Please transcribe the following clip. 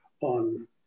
on